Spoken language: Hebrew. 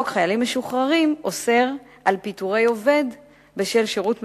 חוק חיילים משוחררים אוסר פיטורי עובד בשל שירות מילואים,